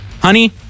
Honey